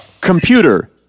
Computer